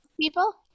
people